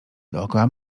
dookoła